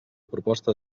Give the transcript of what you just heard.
proposta